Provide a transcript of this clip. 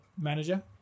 manager